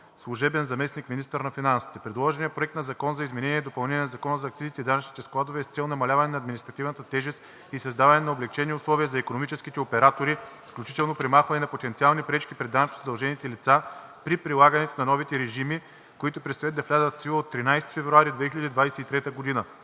служебен заместник-министър на финансите. Предложеният проект на закон за изменение и допълнение на Закона за акцизите и данъчните складове е с цел намаляване на административната тежест и създаване на облекчени условия за икономическите оператори, включително премахване на потенциални пречки пред данъчно задължените лица при прилагането на новите режими, които предстои да влязат в сила от 13 февруари 2023 г.